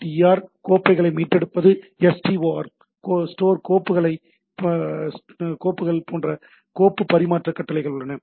RETR கோப்புகளை மீட்டெடுப்பது STOR store கோப்புகள் போன்ற கோப்பு பரிமாற்ற கட்டளை உள்ளன